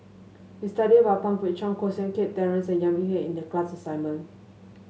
we studied about Pang Guek Cheng Koh Seng Kiat Terence and Baey Yam Keng in the class assignment